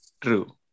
True